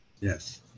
Yes